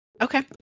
Okay